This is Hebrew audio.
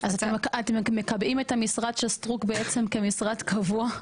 אתם מקבעים את המשרד של סטרוק בעצם כמשרד קבוע?